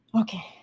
Okay